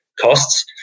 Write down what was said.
costs